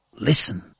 Listen